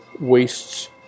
wastes